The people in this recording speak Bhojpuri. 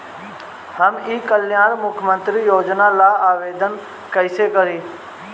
हम ई कल्याण मुख्य्मंत्री योजना ला आवेदन कईसे करी?